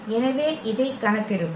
எனவே இதை கணக்கிடுவோம்